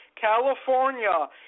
California